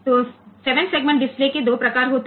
तो 7 segment display के 2 प्रकार होते हैं